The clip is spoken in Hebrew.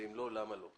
ואם לא אז למה לא?